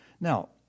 Now